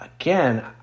again